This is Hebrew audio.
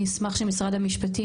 אני אשמח שמשרד המשפטים,